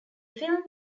film